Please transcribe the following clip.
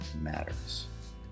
matters